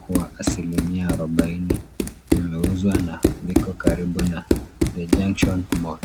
kuwa asilimia arobaini vimeuzwa na viko karibu na The Junction Mall.